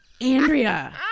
Andrea